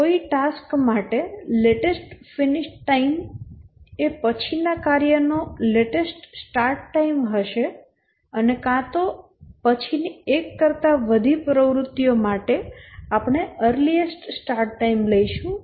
કોઈ ટાસ્ક માટે latest finish time એ પછીના કાર્યનો લેટેસ્ટ સ્ટાર્ટ ટાઈમ હશે અને કાં તો પછીની એક કરતા વધુ પ્રવૃત્તિઓ માટે આપણે અર્લીએસ્ટ સ્ટાર્ટ ટાઈમ લઈશું